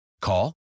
Call